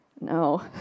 No